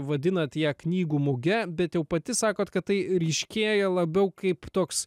vadinat ją knygų muge bet jau pati sakot kad tai ryškėja labiau kaip toks